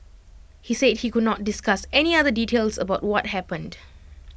he said he could not discuss any other details about what happened